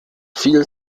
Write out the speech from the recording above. viel